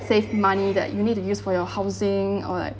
save money that you need to use for your housing or like